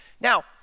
Now